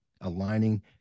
aligning